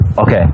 Okay